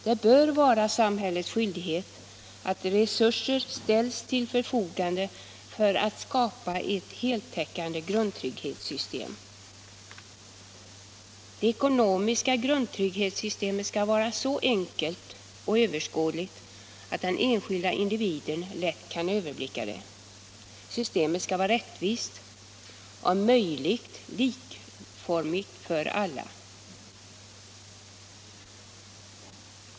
Det bör vara samhällets skyldighet att ställa resurser till förfogande för att skapa ett heltäckande grundtrygghetssystem. Det ekonomiska grundtrygghetssystemet skall vara så enkelt och överskådligt att den enskilda individen lätt kan över blicka det. Systemet skall vara rättvist och om möjligt likformigt för alla.